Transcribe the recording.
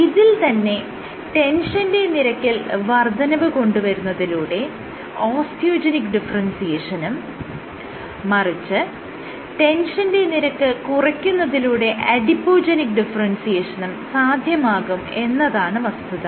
ഇതിൽ തന്നെ ടെൻഷന്റെ നിരക്കിൽ വർദ്ധനവ് കൊണ്ടുവരുന്നതിലൂടെ ഓസ്റ്റിയോജെനിക്ക് ഡിഫറെൻസിയേഷനും മറിച്ച് ടെൻഷന്റെ നിരക്ക് കുറയ്ക്കുന്നതിലൂടെ അഡിപോജെനിക് ഡിഫറെൻസിയേഷനും സാധ്യമാകും എന്നതാണ് വസ്തുത